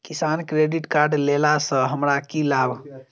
किसान credit card लेला सऽ हमरा की लाभ?